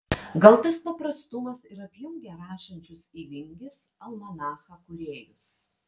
gal tas paprastumas ir apjungia rašančius į vingis almanachą kūrėjus